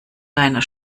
deiner